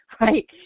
right